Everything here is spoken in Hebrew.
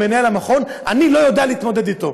מנהל המכון: אני לא יודע להתמודד אתו,